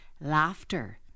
laughter